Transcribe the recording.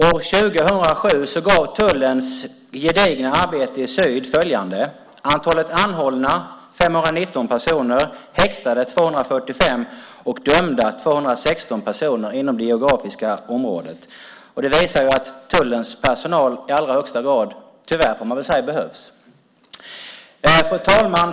År 2007 gav tullens gedigna arbete i syd följande: Antalet anhållna var 519 personer, häktade 245 personer och dömda 216 personer inom det geografiska området. Det visar att tullens personal i allra högsta grad, tyvärr, behövs. Fru talman!